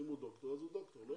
אם הוא דוקטור, אז הוא דוקטור, לא?